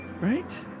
Right